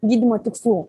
gydymo tikslų